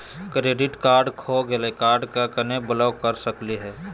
Credit card खो गैली, card क केना ब्लॉक कर सकली हे?